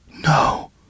No